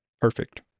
perfect